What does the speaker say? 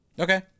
Okay